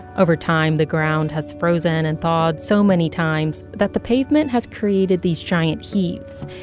over time, the ground has frozen and thawed so many times that the pavement has created these giant heaves.